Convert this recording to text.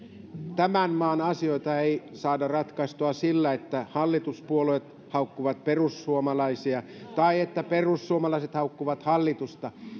tämän maan asioita ei saada ratkaistua sillä että hallituspuolueet haukkuvat perussuomalaisia tai että perussuomalaiset haukkuvat hallitusta